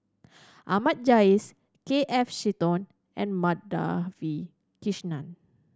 Ahmad Jais K F Seetoh and Madhavi Krishnan